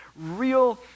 real